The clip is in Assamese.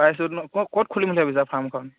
ক'ত খুলিম বুলি ভাবিছা ফাৰ্মখন